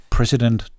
President